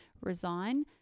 resign